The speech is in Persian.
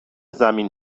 زمین